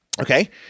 Okay